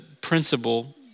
principle